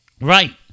Right